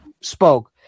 spoke